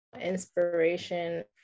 inspiration